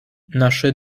nasze